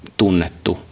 tunnettu